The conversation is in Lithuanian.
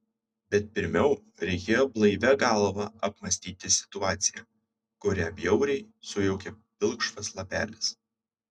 bet pirmiau reikėjo blaivia galva apmąstyti situaciją kurią bjauriai sujaukė pilkšvas lapelis